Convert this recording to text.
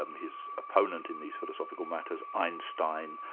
um his opponent in these philosophical matters, einstein,